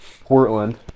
Portland